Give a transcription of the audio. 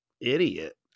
idiot